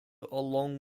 along